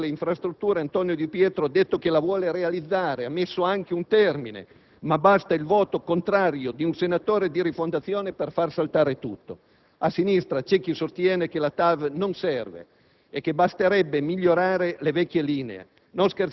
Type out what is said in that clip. una linea che taglia tutto il Nord. Ora, il ministro delle infrastrutture Antonio di Pietro ha detto che la vuole realizzare - ha stabilito anche il termine - ma basta il voto contrario di un senatore di Rifondazione Comunista per far saltare tutto. A sinistra c'è chi sostiene che la TAV non serve